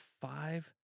five